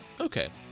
Okay